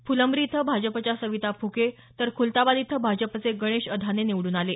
फुलंब्री इथं भाजपच्या सविता फुके तर खुलताबाद इथं भाजपचे गणेश अधाने निवडून आले